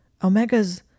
Omegas